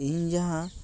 ᱤᱧ ᱡᱟᱦᱟᱸ